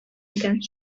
икән